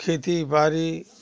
खेती बाड़ी